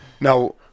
Now